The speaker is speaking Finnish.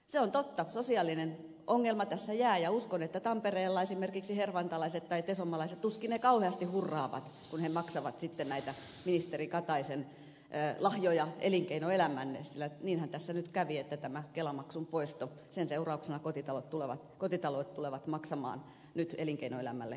se on totta sosiaalinen ongelma tässä jää ja uskon että tampereella esimerkiksi hervantalaiset tai tesomalaiset tuskin kauheasti hurraavat kun maksavat sitten näitä ministeri kataisen lahjoja elinkeinoelämälle sillä niinhän tässä nyt kävi että tämän kelamaksun poiston seurauksena kotitaloudet tulevat maksamaan elinkeinoelämälle kuuluvia kustannuksia